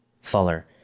Fuller